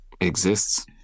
exists